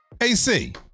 AC